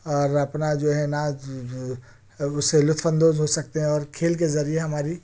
اور اپنا جو ہے نا اس سے لطف اندوز ہو سکتے ہیں اور کھیل کے ذریعے ہماری